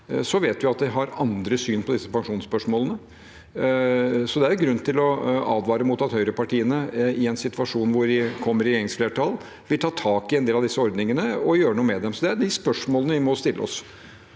Fremskrittspartiet andre syn på disse pensjonsspørsmålene, så det er en grunn til å advare mot at høyrepartiene i en situasjon hvor de kommer i regjeringsflertall, vil ta tak i en del av disse ordningene og gjøre noe med dem. Det er de spørsmålene vi må stille oss.